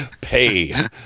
pay